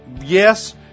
Yes